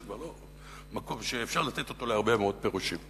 זה לא מקום שאפשר לתת אותו להרבה מאוד פירושים.